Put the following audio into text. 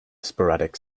sporadic